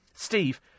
Steve